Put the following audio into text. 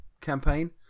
campaign